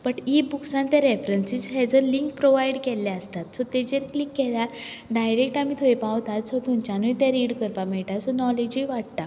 but इ बूक्सान ते references as a link provide केल्लें आसतात सो तेजेर क्लिक केल्यार डायरेक्ट आमी थंय पावतात सो थंयच्यानय तें रीड करपाक मेळटा सो न्होलेजय वाडटा